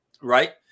right